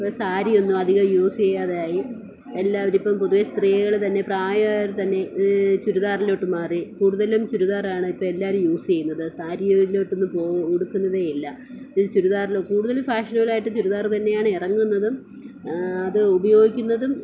ഇപ്പോൾ സാരി ഒന്നും അധികം യൂസ് ചെയ്യാതെ ആയി എല്ലാവരും ഇപ്പം പൊതുവെ സ്ത്രീകൾ തന്നെ പ്രായായവർ തന്നെ ചുരിദാറിലോട്ട് മാറി കൂടുതലും ചുരിദാറാണ് ഇപ്പോൾ എല്ലാവരും യൂസ് ചെയ്യുന്നത് സാരിയിലോട്ടൊന്നും പോവുകയോ ഉടുക്കുന്നതെ ഇല്ല പിന്നെ ചുരിദാറിലോ കൂടുതലും ഫാഷനബിളായിട്ട് ചുരിദാർ തന്നെയാണ് ഇറങ്ങുന്നതും അത് ഉപയോഗിക്കുന്നതും